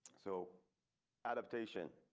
so adaptation.